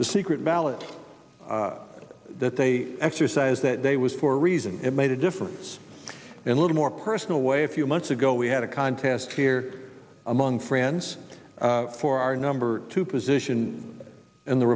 the secret ballot that they exercise that day was for a reason it made a difference and a little more personal way a few months ago we had a contest here among friends for our number two position in the